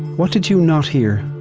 what did you not hear?